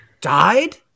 died